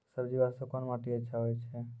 सब्जी बास्ते कोन माटी अचछा छै?